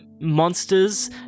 monsters